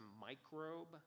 microbe